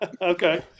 Okay